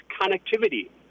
connectivity